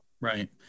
Right